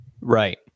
Right